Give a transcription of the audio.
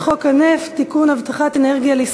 אם לא הספקת, אנחנו לא יכולים.